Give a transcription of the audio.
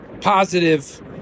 positive